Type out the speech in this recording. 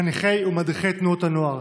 חניכי ומדריכי תנועות הנוער,